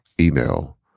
email